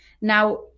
Now